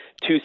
two